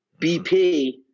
BP